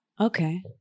okay